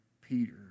Peter